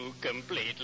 completely